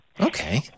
Okay